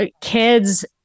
kids